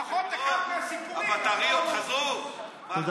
לפחות אחד מהסיפורים, חזרת לשמוע, איתן?